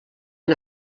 han